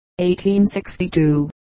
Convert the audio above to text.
1862